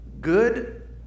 good